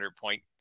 point